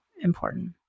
important